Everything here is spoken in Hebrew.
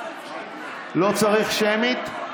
לא צריך שמית.